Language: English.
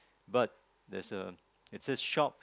but there's a it's say shop